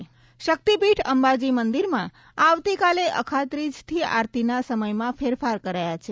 અંબાજી આરતી શક્તિપીઠ અંબાજી મંદિરમાં આવતીકાલે અખાત્રીજથી આરતીના સમયમાં ફેરફાર કરાયા છે